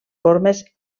formes